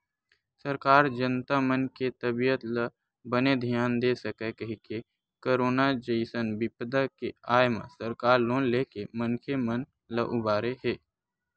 सरकार जनता मन के तबीयत ल बने धियान दे सकय कहिके करोनो जइसन बिपदा के आय म सरकार लोन लेके मनखे मन ल उबारे हे